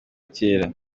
kera